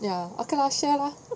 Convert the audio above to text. ya okay lor share lor